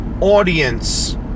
audience